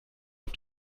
auf